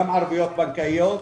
גם ערבויות בנקאית,